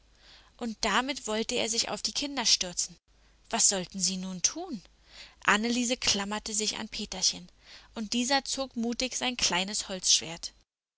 und damit wollte er sich auf die kinder stürzen was sollten sie nun tun anneliese klammerte sich an peterchen und dieser zog mutig sein kleines holzschwert